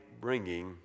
bringing